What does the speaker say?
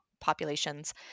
populations